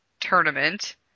tournament